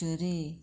कुट्टरे